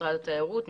משרד התיירות,